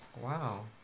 Wow